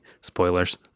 spoilers